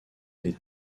des